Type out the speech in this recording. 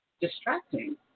distracting